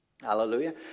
Hallelujah